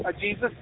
jesus